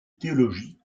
théologie